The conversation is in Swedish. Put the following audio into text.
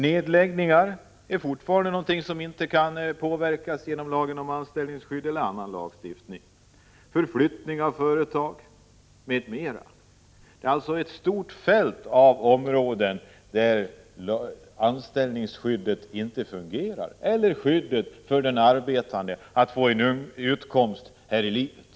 Nedläggning är någonting som fortfarande inte kan påverkas genom lagen om anställningsskydd eller annan lagstiftning. Detsamma gäller förflyttning av företag m.m. Det finns alltså ett stort fält där anställningsskyddet inte fungerar eller rättare sagt möjligheten saknas att garantera den arbetande att få en utkomst här i livet.